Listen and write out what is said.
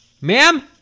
ma'am